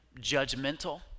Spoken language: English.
judgmental